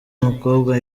mukobwa